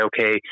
okay